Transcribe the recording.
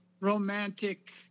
romantic